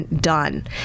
done